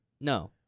No